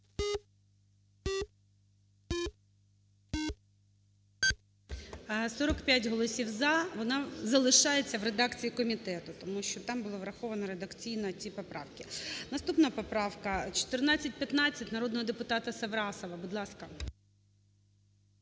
45 голосів "за". Вона залишається в редакції комітету, тому що там була враховано редакційно ті поправки. Наступна поправка – 1415 народного депутата Саврасова.